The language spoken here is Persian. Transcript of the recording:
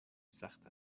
سخت